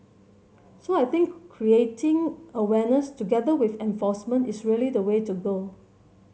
so I think creating awareness together with enforcement is really the way to go